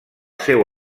seu